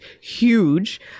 huge